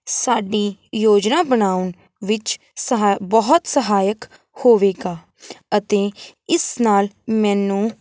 ਸਾਡੀ ਯੋਜਨਾ ਬਣਾਉਣ ਵਿੱਚ ਸਹਾ ਬਹੁਤ ਸਹਾਇਕ ਹੋਵੇਗਾ ਅਤੇ ਇਸ ਨਾਲ ਮੈਨੂੰ